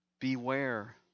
Beware